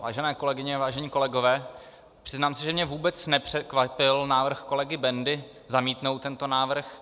Vážené kolegyně a vážení kolegové, přiznám se, že mě vůbec nepřekvapil návrh kolegy Bendy zamítnout tento návrh.